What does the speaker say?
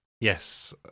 Yes